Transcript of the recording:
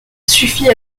suffit